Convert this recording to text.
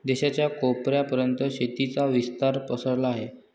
देशाच्या कोपऱ्या पर्यंत शेतीचा विस्तार पसरला आहे